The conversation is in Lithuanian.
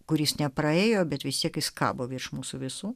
kuris nepraėjo bet vis tiek jis kabo virš mūsų visų